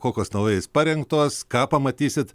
kokios naujais parengtos ką pamatysit